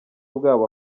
bwabo